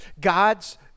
God's